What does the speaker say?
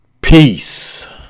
peace